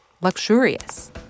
luxurious